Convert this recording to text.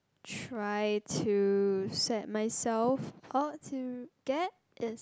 try to set myself out to get is